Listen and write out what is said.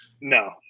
no